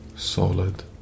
solid